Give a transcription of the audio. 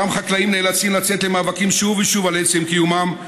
אותם חקלאים נאלצים לצאת שוב ושוב למאבקים על עצם קיומם,